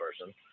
person